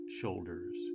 shoulders